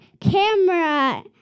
camera